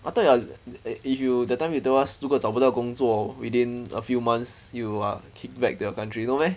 I thought you are if you that time you told us 如果找不到工作 within a few months you are kicked back to your country no meh